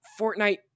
Fortnite